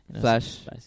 Flash